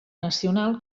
nacional